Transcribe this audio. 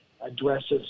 addresses